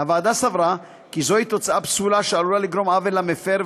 הוועדה סברה כי זוהי תוצאה פסולה שעלולה לגרום עוול למפר,